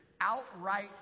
outright